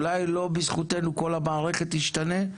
אולי לא בזכותנו כל המערכת תשתנה,